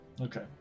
Okay